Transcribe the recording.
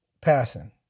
passing